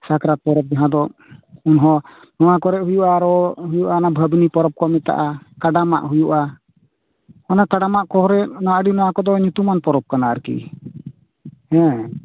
ᱥᱟᱠᱨᱟᱛ ᱯᱚᱨᱚᱵᱽ ᱡᱟᱦᱟᱸ ᱫᱚ ᱮᱱᱦᱚᱸ ᱱᱚᱶᱟ ᱠᱚᱨᱮ ᱦᱩᱭᱩᱜ ᱟ ᱟᱨᱚ ᱦᱩᱭᱩᱜ ᱟ ᱚᱱᱟ ᱵᱷᱟᱹᱵᱽᱱᱤ ᱯᱚᱨᱚᱵᱽ ᱠᱚ ᱢᱮᱛᱟᱜ ᱟ ᱠᱟᱰᱟ ᱢᱟᱜ ᱦᱩᱭᱩᱜ ᱟ ᱚᱱᱟ ᱠᱟᱰᱟ ᱢᱟᱜ ᱠᱚᱨᱮ ᱚᱱᱟ ᱟᱹᱰᱤ ᱱᱚᱶᱟ ᱠᱚᱫᱚ ᱧᱩᱛᱩᱢᱟᱱ ᱯᱚᱨᱚᱵᱽ ᱠᱟᱱᱟ ᱟᱨ ᱠᱤ ᱦᱮᱸ